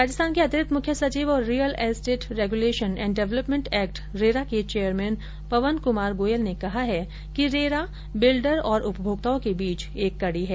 राजस्थान के अतिरिक्त मुख्य सचिव और real estate regulation and development act RERA के चैयरमेन पवन कुमार गोयल ने कहा है कि रेरा बिल्डर और उपभोक्ताओं के बीच एक कड़ी है